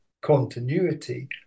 continuity